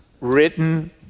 written